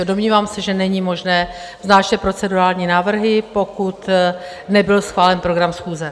Domnívám se, že není možné vznášet procedurální návrhy, pokud nebyl schválen program schůze.